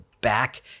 back